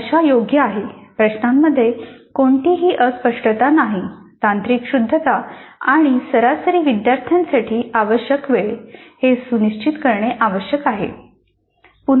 भाषा योग्य आहे प्रश्नांमध्ये कोणतीही अस्पष्टता नाही तांत्रिक शुद्धता आणि सरासरी विद्यार्थ्यासाठी आवश्यक वेळ हे सुनिश्चित करणे आवश्यक आहे